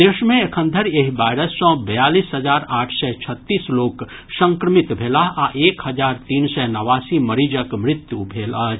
देश मे एखन धरि एहि वायरस सॅ बयालीस हजार आठ सय छत्तीस लोक संक्रमित भेलाह आ एक हजार तीन सय नवासी मरीजक मृत्यु भेल अछि